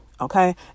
okay